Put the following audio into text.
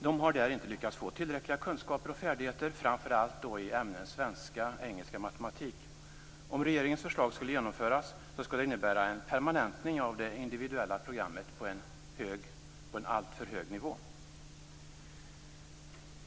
De har inte lyckats få tillräckliga kunskaper och färdigheter där. Det gäller framför allt ämnena svenska, engelska och matematik. Om regeringens förslag skulle genomföras skulle det innebära en permanentning av det individuella programmet på en alltför hög nivå.